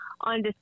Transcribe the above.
on